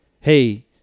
Hey